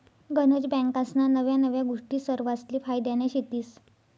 गनज बँकास्ना नव्या नव्या गोष्टी सरवासले फायद्यान्या शेतीस